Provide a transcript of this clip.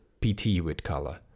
PTWithColor